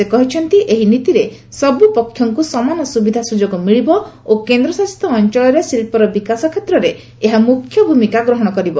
ସେ କହିଛନ୍ତି ଏହି ନୀତିରେ ସବୁପକ୍ଷଙ୍କୁ ସମାନ ସୁବିଧା ସୁଯୋଗ ମିଳିବ ଓ କେନ୍ଦ୍ରଶାସିତ ଅଞ୍ଚଳରେ ଶିଳ୍ପର ବିକାଶ କ୍ଷେତ୍ରରେ ଏହା ମୁଖ୍ୟ ଭୂମିକା ଗ୍ରହଣ କରିବ